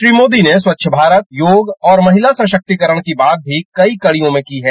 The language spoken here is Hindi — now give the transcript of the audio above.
श्री मोदी ने खच्छ भारत योग और महिला सशक्तीकरण की बात भी कई कडियों में की है